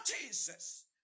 Jesus